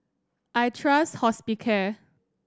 I trust Hospicare